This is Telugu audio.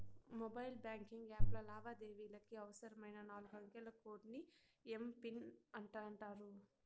మొబైల్ బాంకింగ్ యాప్ల లావాదేవీలకి అవసరమైన నాలుగంకెల కోడ్ ని ఎమ్.పిన్ అంటాండారు